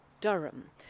Durham